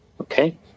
Okay